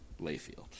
Layfield